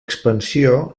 expansió